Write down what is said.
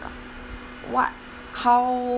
what how